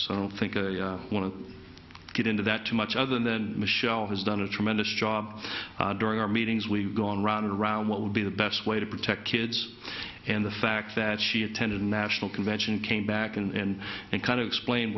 so i don't think i want to get into that too much other than michelle has done a tremendous job during our meetings we've gone round and round what would be the best way to protect kids and the fact that she attended a national convention came back in and kind of explained